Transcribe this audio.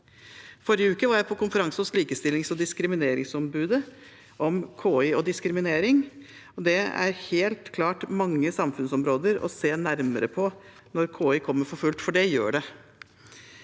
Forrige uke var jeg på konferanse hos Likestillingsog diskrimineringsombudet om KI og diskriminering, og det er helt klart mange samfunnsområder å se nærmere på når KI kommer for fullt – for det gjør det.